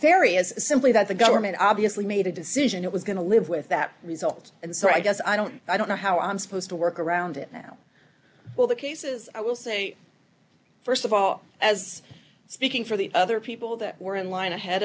nefarious simply that the government obviously made a decision it was going to live with that result and so i guess i don't i don't know how i'm supposed to work around it now well the cases i will say st of all as speaking for the other people that were in line ahead